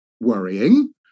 worrying